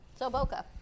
Soboca